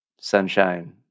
sunshine